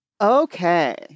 Okay